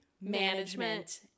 management